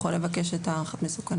הוא יכול לבקש את הערכת מסוכנות.